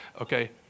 Okay